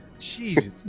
Jesus